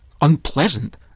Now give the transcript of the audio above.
Unpleasant